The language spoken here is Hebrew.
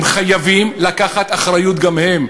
הם חייבים לקחת אחריות גם כן.